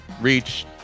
reach